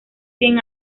cien